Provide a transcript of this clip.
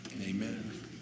amen